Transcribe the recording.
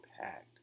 packed